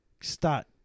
start